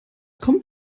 kommt